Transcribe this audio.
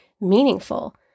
meaningful